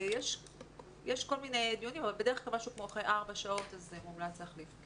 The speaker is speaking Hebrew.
יש כל מיני דיונים אבל בדרך כלל משהו כמו אחרי ארבע שעות מומלץ להחליף.